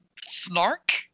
snark